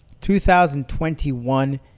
2021